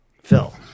Phil